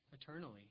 eternally